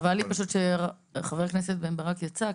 חבל לי שחבר הכנסת בן ברק יצא,